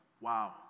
wow